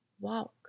walk